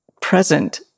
present